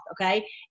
okay